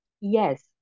Yes